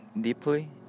deeply